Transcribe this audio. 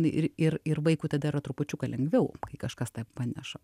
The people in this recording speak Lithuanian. ir ir ir vaikui tada yra trupučiuką lengviau kai kažkas tą paneša